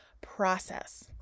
process